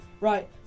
right